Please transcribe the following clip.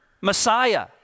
Messiah